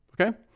Okay